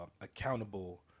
accountable